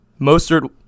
Mostert